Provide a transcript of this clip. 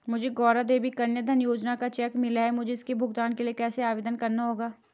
मुझे गौरा देवी कन्या धन योजना का चेक मिला है मुझे इसके भुगतान के लिए कैसे आवेदन करना होगा?